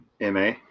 MA